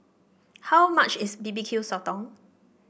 how much is B B Q Sotong